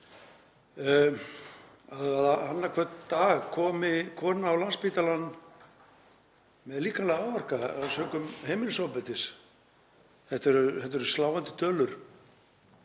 að annan hvern dag komi kona á Landspítalann með líkamlega áverka sökum heimilisofbeldis, þetta eru sláandi tölur.